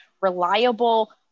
reliable